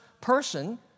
person